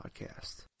Podcast